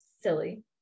silly